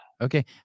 Okay